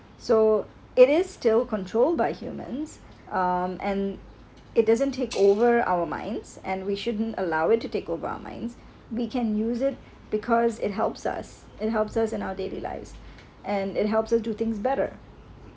so it is still controlled by humans um and it doesn't take over our minds and we shouldn't allow it to take over our minds we can use it because it helps us it helps us in our daily lives and it helps us do things better